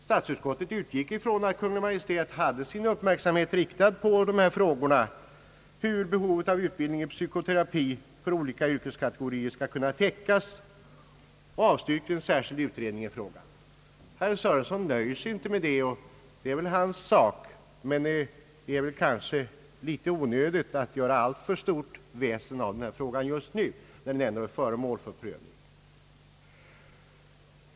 Statsutskottet utgick från att Kungl. Maj:t hade sin uppmärksamhet riktad på denna fråga — hur behovet av utbildning i psykoterapi för olika yrkeskategorier skall kunna täckas — och avstyrkte en särskild utredning. Herr Sörenson nöjer sig inte med detta. Det är väl hans sak, men det är kanske litet onödigt att göra alltför stort väsen av denna fråga just nu när den ändå är föremål för prövning.